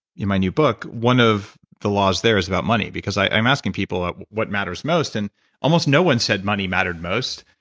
in my new book one of the laws there is about money. because i'm asking people what matters most and almost no one said money mattered most.